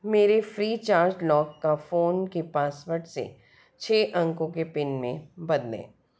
मेरे free charged lock का phone के पासवर्ड से छः अंकों के पिन में बदलें